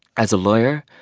as a lawyer,